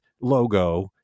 logo